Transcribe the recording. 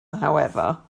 however